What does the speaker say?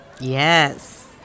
Yes